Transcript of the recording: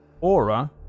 Aura